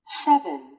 seven